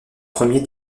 premiers